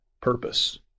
purpose